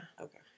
Okay